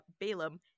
Balaam